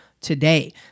today